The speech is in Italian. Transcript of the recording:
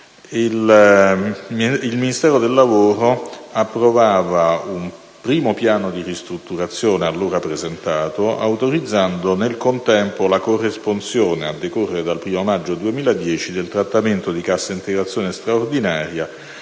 il Ministero del lavoro approvava un primo piano di ristrutturazione, presentato all'epoca, autorizzando nel contempo la corresponsione, a decorrere dal 1° maggio 2010, del trattamento di cassa integrazione straordinaria